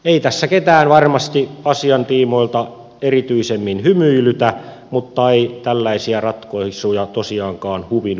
ei tässä ketään varmasti asian tiimoilta erityisemmin hymyilytä mutta ei tällaisia ratkaisuja tosiaankaan huvin vuoksi tehdä